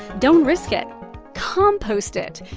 don't risk it compost it.